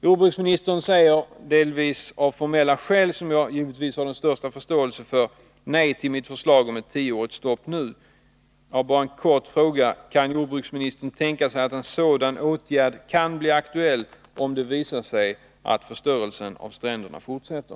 Jordbruksministern säger — delvis av formella skäl, som jag givetvis har den största förståelse för — nej till mitt förslag om ett tioårigt stopp nu. Jag har bara en kort fråga: Kan jordbruksministern tänka sig att en sådan åtgärd kan bli aktuell senare, om det visar sig att förstörelsen av stränderna fortsätter?